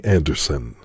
Anderson